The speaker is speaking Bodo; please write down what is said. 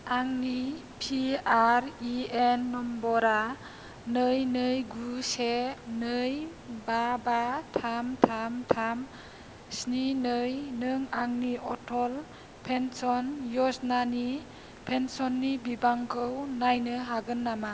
आंनि पि आर इ एन नाम्बारा नै नै गु से नै बा बा थाम थाम थाम स्नि नै नों आंनि अटल पेन्सन य'जनानि पेन्सननि बिबांखौ नायनो हागोन नामा